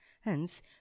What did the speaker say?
Hence